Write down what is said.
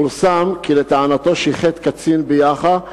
פורסם כי לטענתו שיחד קצין ביאח"ה,